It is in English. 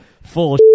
full